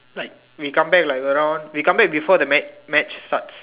like we come back like around we come back before the match match starts